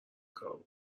کارو